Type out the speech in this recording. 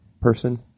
person